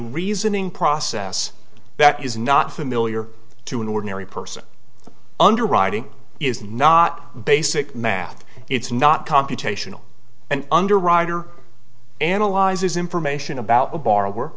reasoning process that is not familiar to an ordinary person underwriting is not basic math it's not computational an underwriter analyzes information about a b